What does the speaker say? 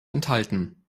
enthalten